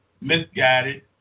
misguided